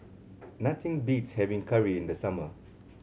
nothing beats having curry in the summer